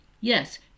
yes